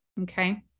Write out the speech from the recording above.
Okay